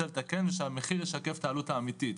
לתקן ושהמחיר ישקף את העלות האמיתית.